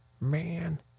man